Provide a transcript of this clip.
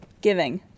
Giving